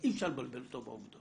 כך שאי אפשר לבלבל אותו בעובדות,